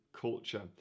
culture